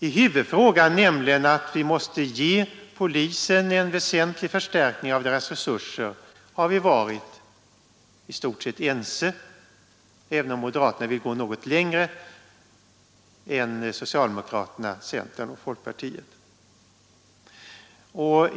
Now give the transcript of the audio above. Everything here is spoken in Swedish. I huvudfrågan, nämligen att vi måste ge polisen en väsentlig förstärkning av dess resurser, har vi varit i stort sett ense, även om moderaterna vill gå något längre än socialdemokraterna, centern och folkpartiet.